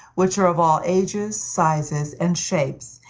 which are of all ages, sizes, and shapes,